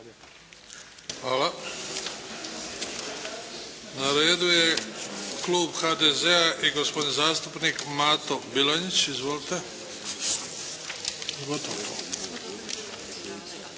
Hvala. Na redu je klub HDZ-a i gospodin zastupnik Mato Bilonjić.